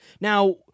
Now